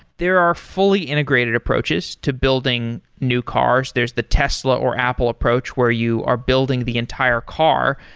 there are fully integrated approaches to building new cars. there's the tesla, or apple approach where you are building the entire car,